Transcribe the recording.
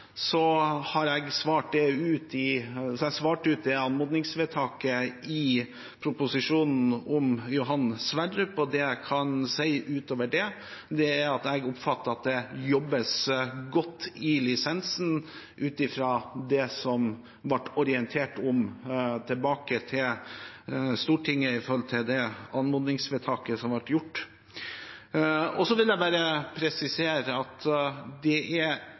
har jeg svart ut det anmodningsvedtaket i proposisjonen om Johan Sverdrup-feltet. Det jeg kan si utover det, er at jeg oppfatter at det jobbes godt i lisensen ut ifra det som det ble orientert om tilbake til Stortinget i forbindelse med det anmodningsvedtaket som ble fattet. Jeg vil presisere at det ikke er